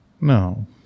No